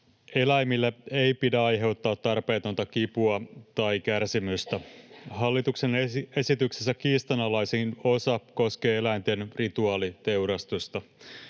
Eläimille ei pidä aiheuttaa tarpeetonta kipua tai kärsimystä. Hallituksen esityksessä kiistanalaisin osa koskee eläinten rituaaliteurastusta.